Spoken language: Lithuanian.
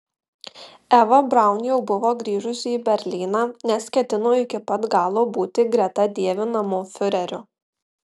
eva braun jau buvo grįžusi į berlyną nes ketino iki pat galo būti greta dievinamo fiurerio